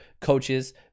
coaches